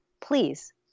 please